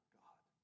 god